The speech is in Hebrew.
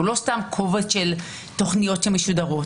הוא לא סתם קובץ של תכניות שמשודרות.